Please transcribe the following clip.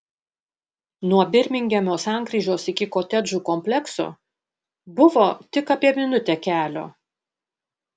nuo birmingemo sankryžos iki kotedžų komplekso buvo tik apie minutę kelio